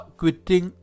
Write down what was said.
quitting